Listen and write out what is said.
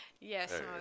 Yes